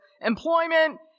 employment